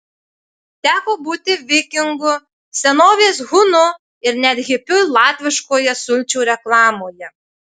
teko būti vikingu senovės hunu ir net hipiu latviškoje sulčių reklamoje